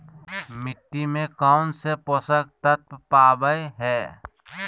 मिट्टी में कौन से पोषक तत्व पावय हैय?